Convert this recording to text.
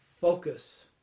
focus